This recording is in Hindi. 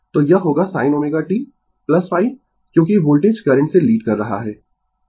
तो यह होगा sin ω t ϕ क्योंकि वोल्टेज करंट से लीड कर रहा है